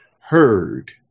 heard